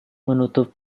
menutup